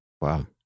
Wow